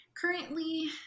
currently